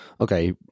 okay